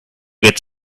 get